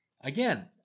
Again